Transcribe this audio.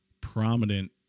prominent